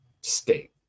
state